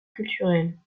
culturelle